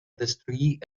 destruir